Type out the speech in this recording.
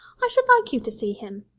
i should like you to see him.